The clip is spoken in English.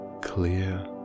clear